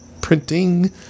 Printing